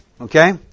okay